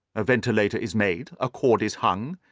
a ventilator is made, a cord is hung,